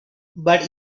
but